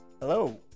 Hello